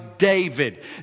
David